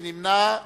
מי נמנע?